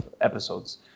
episodes